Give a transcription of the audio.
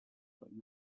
old